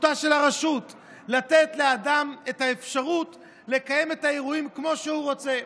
וזכותה של הרשות לתת לאדם את האפשרות לקיים את האירועים כמו שהוא רוצה.